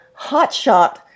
hotshot